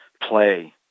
play